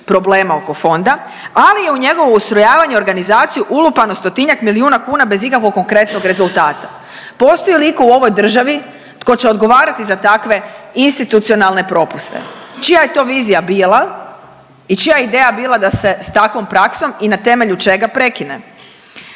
problema oko fonda, ali je u njegovo ustrojavanje i organizaciju ulupano 100-tinjak milijuna kuna bez ikakvog konkretnog rezultata. Postoji li iko u ovoj državi tko će odgovarati za takve institucionalne propuste, čija je to vizija bila i čija je ideja bila da se s takvom praksom i na temelju čega prekine?